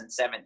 2017